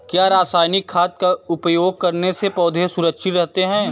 क्या रसायनिक खाद का उपयोग करने से पौधे सुरक्षित रहते हैं?